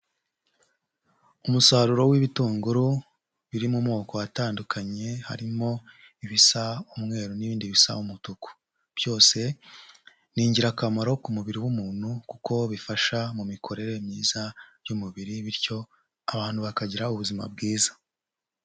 Umusaruro w'ibitunguru biri mu moko atandukanye harimo ibisa umweru n'ibindi bisaba umutuku, byose ni ingirakamaro ku mubiri w'umuntu kuko bifasha mu mikorere myiza y'umubiri bityo abantu bakagira ubuzima bwiza.